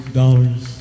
dollars